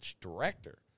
director